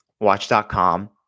Watch.com